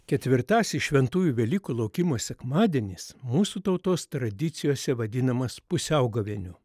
ketvirtasis šventųjų velykų laukimo sekmadienis mūsų tautos tradicijose vadinamas pusiaugavėniu